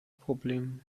problem